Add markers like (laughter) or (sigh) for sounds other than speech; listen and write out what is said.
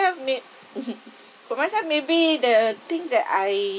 may~ (laughs) for myself maybe the things that I